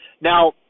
now